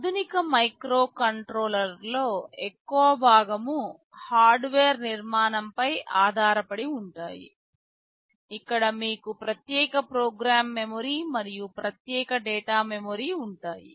ఆధునిక మైక్రోకంట్రోలర్లలో ఎక్కువ భాగం హార్డువేర్ నిర్మాణంపై ఆధారపడి ఉంటాయి ఇక్కడ మీకు ప్రత్యేక ప్రోగ్రామ్ మెమరీ మరియు ప్రత్యేక డేటా మెమరీ ఉంటాయి